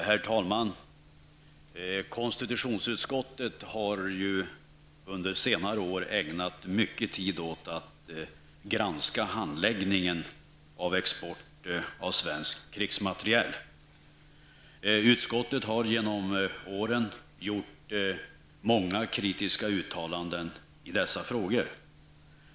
Herr talman! Konstitutionsutskottet har under senare år ägnat mycken tid åt att granska handläggningen av exporten av svensk krigsmateriel. Utskottet har genom åren gjort många kritiska uttalanden i dessa frågor.